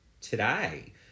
today